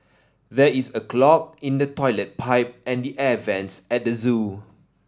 there is a clog in the toilet pipe and the air vents at the zoo